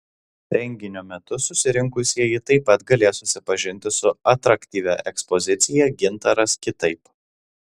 renginio metu susirinkusieji taip pat galės susipažinti su atraktyvia ekspozicija gintaras kitaip